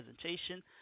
presentation